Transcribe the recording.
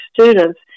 students